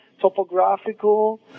topographical